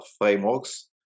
frameworks